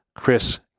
Chris